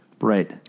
Right